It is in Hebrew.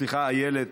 סליחה, איילת,